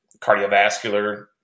cardiovascular